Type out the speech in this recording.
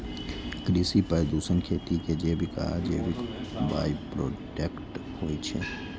कृषि प्रदूषण खेती के जैविक आ अजैविक बाइप्रोडक्ट होइ छै